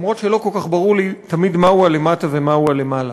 אף שלא כל כך ברור לי תמיד מהו הלמטה ומהו הלמעלה.